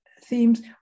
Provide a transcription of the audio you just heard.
themes